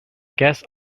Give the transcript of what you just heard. guess